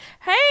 Hey